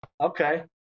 Okay